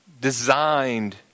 designed